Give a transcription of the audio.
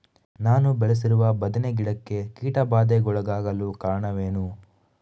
ನಾನು ಬೆಳೆಸಿರುವ ಬದನೆ ಗಿಡಕ್ಕೆ ಕೀಟಬಾಧೆಗೊಳಗಾಗಲು ಕಾರಣವೇನು?